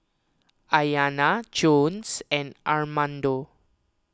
Ayana Jones and Armando